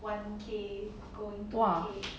!wah!